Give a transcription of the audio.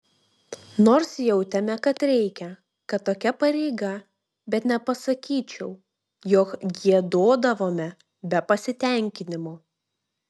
nors jautėme kad reikia kad tokia pareiga bet nepasakyčiau jog giedodavome be pasitenkinimo